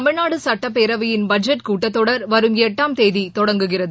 தமிழ்நாடு சட்டப்பேரவையின் பட்ஜெட் கூட்டத்தொடர் வரும் எட்டாம் தேதி தொடங்குகிறது